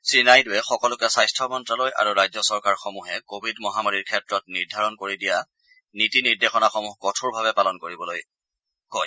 শ্ৰী নাইডুৱে সকলোকে স্বাস্থ্য মন্তালয় আৰু ৰাজ্য চৰকাৰসমূহে কোভিড মহামাৰীৰ ক্ষেত্ৰত নিৰ্ধাৰণ কৰি দিয়া নীতি নিৰ্দেশনাসমূহ কঠোৰভাৱে পালন কৰিবলৈ কয়